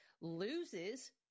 loses